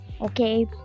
Okay